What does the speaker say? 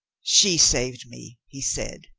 she saved me he said.